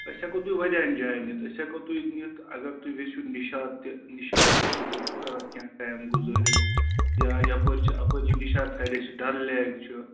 أسۍ ہیٚکَو تُہۍ واریاہَن جایَن نِتھ أسۍ ہیٚکَو تُہۍ نِتھ اگر تُہۍ یژھِو نِشاط تہِ نِشاط تہِ ہیٚکِو تُہۍ کیٚنٛہہ ٹایِم گُذٲرِتھ یا یپٲرۍ چھِ اَپٲری نِشاط سایِڈٕ چھِ ڈَل لیک چھُ